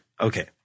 Okay